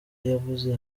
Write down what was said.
yabuze